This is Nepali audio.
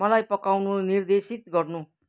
मलाई पकाउन निर्देशित गर्नु